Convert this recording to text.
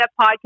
Podcast